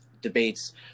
debates